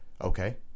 okay